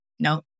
No